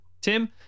tim